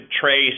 trace